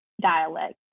dialect